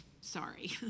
Sorry